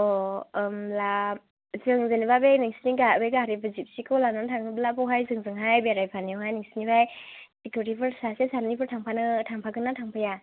होनब्ला जों जेनोबा बे नोंसोरनि गारि गारिखौ बे जिबसिखौ लानानै थाङोब्ला हाय जोंजोंहाय बेराय फानायावहाय नोंसोरनिफ्राय सिकुउरिथिफोर सासे सानैफोर थांफानो थांफागोनना थांफाया